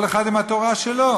כל אחד עם התורה שלו,